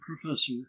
professor